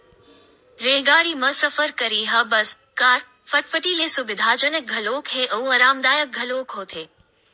रेलगाड़ी म सफर करइ ह बस, कार, फटफटी ले सुबिधाजनक घलोक हे अउ अरामदायक घलोक होथे